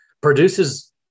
produces